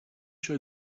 show